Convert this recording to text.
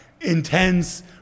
intense